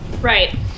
right